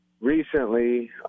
recently